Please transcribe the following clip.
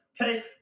Okay